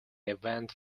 event